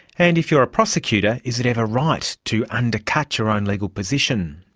and if you're a prosecutor, is it ever right to undercut your own legal position?